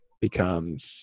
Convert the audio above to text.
becomes